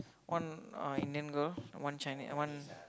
one uh Indian girl and one Chinese uh one